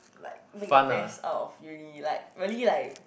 like make the best out of uni like really like